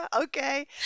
Okay